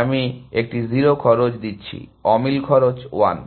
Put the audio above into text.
আমি একটি 0 খরচ দিচ্ছি অমিল খরচ 1